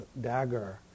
dagger